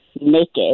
naked